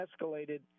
escalated